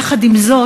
יחד עם זאת,